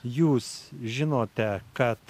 jūs žinote kad